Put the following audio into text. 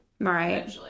right